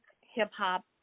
hip-hop